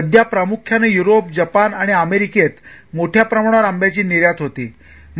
सध्या प्रामुख्याने Europe Japan आणि अमेरिकेत मोठ्या प्रमाणावर आंब्याची निर्यात होते